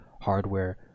hardware